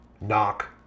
Knock